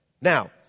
Now